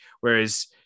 Whereas